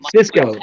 Cisco